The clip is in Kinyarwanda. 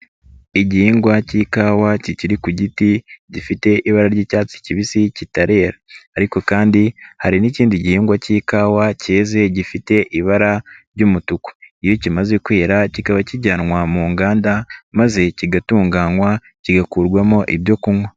Igihingwa cy'ikawa kikiri ku giti, gifite ibara ry'icyatsi kibisi kitarera ariko kandi hari n'ikindi gihingwa cy'ikawa cyeze, gifite ibara ry'umutuku. Iyo kimaze kwira kikaba kijyanwa mu nganda maze kigatunganywa, kigakurwamo ibyo kunywa.